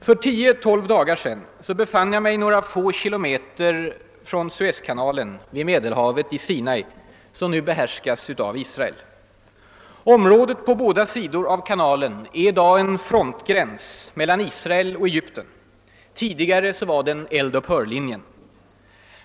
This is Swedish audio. För tio tolv dagar sedan befann jag mig några få kilometer från Suezkanalen vid Medelhavet i Sinai, som nu behärskas av Israel. Området på båda sidor av kanalen är i dag en frontgräns mellan Israel och Egypten; tidigare var den eld-upphör-linjen.